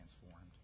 transformed